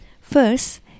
First